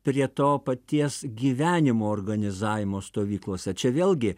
prie to paties gyvenimo organizavimo stovyklose čia vėlgi